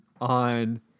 on